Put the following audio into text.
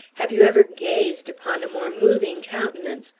have you ever gazed upon a more moving countenance,